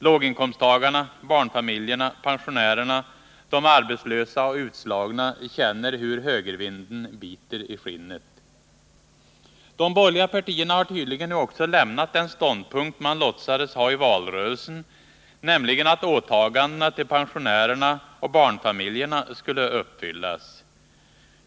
Låginkomsttagarna, barnfamiljerna, pensionärerna, de arbetslösa och utslagna känner hur högervinden biter i skinnet. De borgerliga partierna har tydligen nu också lämnat den ståndpunkt de låtsades ha i valrörelsen, nämligen att åtagandena till pensionärerna och barnfamiljerna skulle uppfyllas.